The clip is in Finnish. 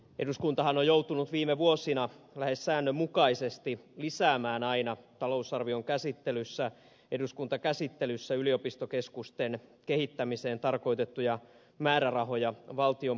eduskuntahan on joutunut viime vuosina lähes säännönmukaisesti lisäämään aina talousarvion käsittelyssä eduskuntakäsittelyssä yliopistokeskusten kehittämiseen tarkoitettuja määrärahoja valtion budjettiin